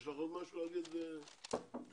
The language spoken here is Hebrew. יש לך עוד משהו להגיד, וונש?